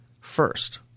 first